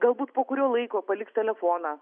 galbūt po kurio laiko paliks telefoną